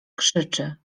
krzyczy